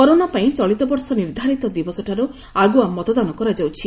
corona ପାଇଁ ଚଳିତ ବର୍ଷ ନିର୍ଦ୍ଧାରିତ ଦିବସଠାରୁ ଆଗୁଆ ମତଦାନ କରାଯାଉଛି